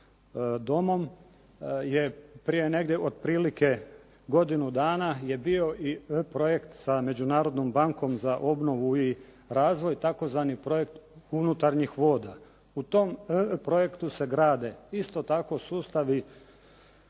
je prije negdje otprilike godinu dana je bio i projekt sa Međunarodnom bankom za obnovu i razvoj tzv. projekt unutarnjih voda. U tom projektu se grade isto tako sustav